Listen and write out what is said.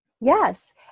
Yes